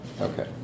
Okay